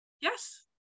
Yes